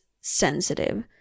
sensitive